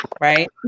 right